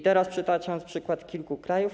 Teraz przytoczę przykłady kilku krajów.